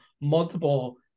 multiple